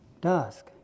dusk